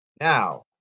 Now